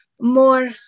more